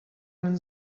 and